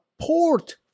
port